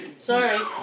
Sorry